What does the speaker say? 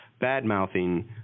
bad-mouthing